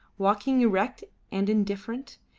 walking erect and indifferent,